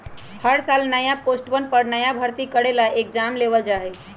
हर साल नया पोस्टवन पर नया भर्ती करे ला एग्जाम लेबल जा हई